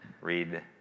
Read